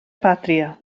pàtria